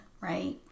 right